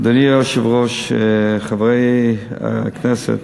אדוני היושב-ראש, חברי הכנסת,